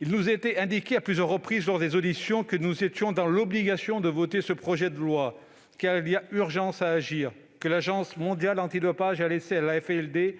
il nous a été indiqué à plusieurs reprises que nous étions dans l'obligation de voter conforme ce projet de loi, parce qu'il y a urgence à agir, que l'Agence mondiale antidopage (AMA) a laissé à l'AFLD